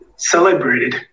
Celebrated